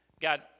God